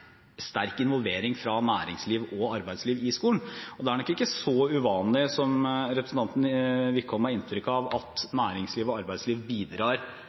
sterk involvering fra næringsliv og arbeidsliv i skolen. Det er nok ikke så uvanlig som representanten Wickholm har inntrykk av, at næringsliv og arbeidsliv bidrar